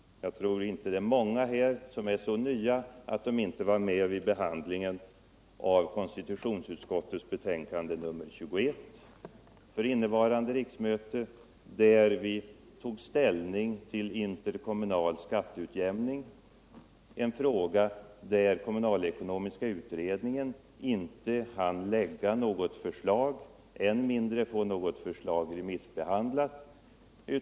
Jag tror inte det är många här som är så nya att de inte var med vid behandlingen av konstitutionsutskottets betänkande nr 21 under innevarande riksmöte. Där tog vi ställning till interkommunal skatteutjämning — en fråga i vilken kommunalekonomiska utredningen inte hann framlägga något förslag, än mindre hann få något remissbehandlat.